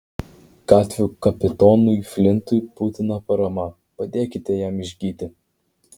gatvių kapitonui flintui būtina parama padėkite jam išgyti